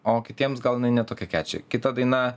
o kitiems gal jinai ne tokia keči kita daina